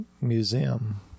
museum